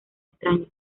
extraños